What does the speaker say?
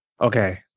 okay